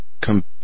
come